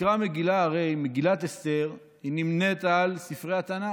מקרא מגילה, הרי מגילת אסתר נמנית עם ספרי התנ"ך.